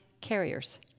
carriers